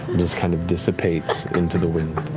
just kind of dissipates into the wind.